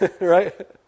right